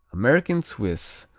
american swiss,